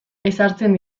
ezartzen